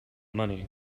money